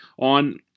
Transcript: on